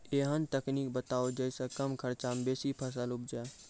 ऐहन तकनीक बताऊ जै सऽ कम खर्च मे बेसी फसल उपजे?